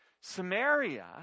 Samaria